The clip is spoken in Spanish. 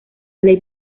ley